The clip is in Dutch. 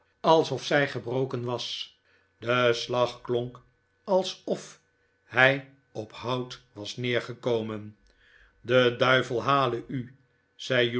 alsof zij gebroken was de slag klonk alsof hij op hout was neergekomen de duivel hale u